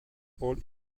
old